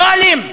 לא אלים.